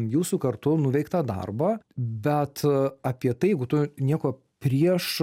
jūsų kartu nuveiktą darbą bet apie tai jeigu tu nieko prieš